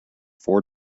for